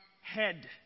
head